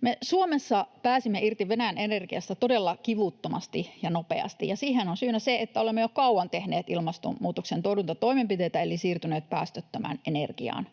Me Suomessa pääsimme irti Venäjän energiasta todella kivuttomasti ja nopeasti, ja siihen on syynä se, että olemme jo kauan tehneet ilmastonmuutoksen torjuntatoimenpiteitä eli siirtyneet päästöttömään energiaan.